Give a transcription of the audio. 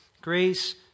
grace